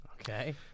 Okay